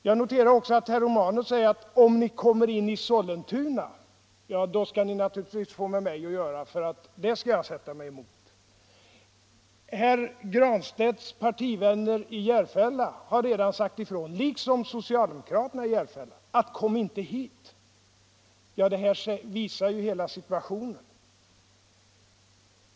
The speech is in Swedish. Jag noterar också att herr Romanus säger att ”om ni kommer in i Sollentuna, skall ni naturligtvis få med mig att göra, för det skall jag sätta mig emot”. Herr Granstedts partivänner i Järfälla — liksom socialdemokraterna i Järfälla — har redan sagt ifrån: Kom inte hit. Detta visar hela situationen.